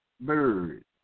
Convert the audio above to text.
bird